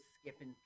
skipping